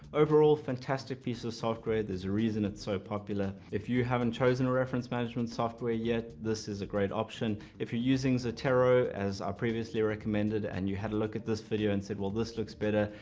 overall, fantastic piece of software. there's a reason it's so popular. if you haven't chosen a reference management software yet, this is a great option. if you're using zotero as our previously recommended and you had a look at this video and said well this looks better,